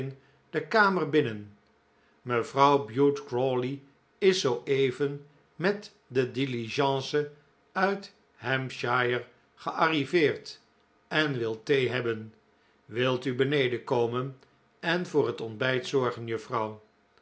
de kamer binnen mevrouw bute crawley is zooeven met de diligence uit hampshire gearriveerd en wil thee hebben wilt u beneden komen en voor het ontbijt zorgen juffrouw